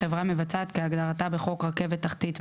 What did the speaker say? חברה מבצעת כהגדרתה בחוק רכבת תחתית (מטרו),